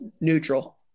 neutral